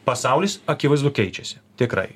pasaulis akivaizdu keičiasi tikrai